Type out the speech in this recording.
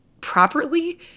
properly